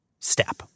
step